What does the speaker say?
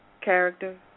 character